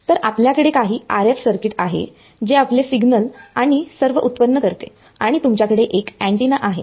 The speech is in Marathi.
तर आपल्याकडे काही RF सर्किट आहे जे आपले सिग्नल आणि सर्व उत्पन्न करते आणि तुमच्याकडे एक अँटीना आहे